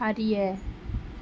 அறிய